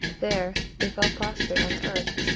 there they fell prostrate on the earth,